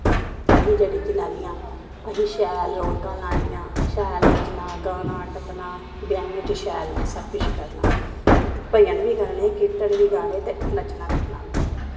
अस जेह्ड़ी जनानियां असें शैल रौनकां लानियां शैल नच्चना गाना टप्पना ब्याह् बिच्च शैल सब किश करना भजन गी गाने कीर्तन बी गाने ते नच्चना टप्पना बी